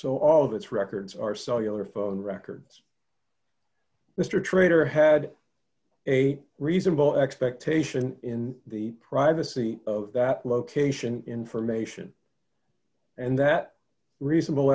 so all of its records are cellular phone records mister traitor had a reasonable expectation in the privacy of that location information and that reasonable